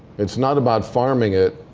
it's not about farming it.